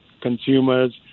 consumers